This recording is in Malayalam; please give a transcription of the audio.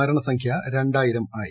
മരണസംഖൃ രണ്ടായിരം ആയി